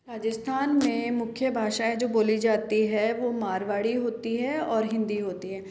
राजस्थान में मुख्य भाषाएं जो बोली जाती हैं वो मारवाड़ी होती है और हिंदी होती है